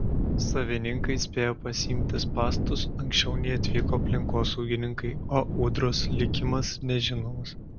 savininkai spėjo pasiimti spąstus anksčiau nei atvyko aplinkosaugininkai o ūdros likimas nežinomas